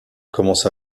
commence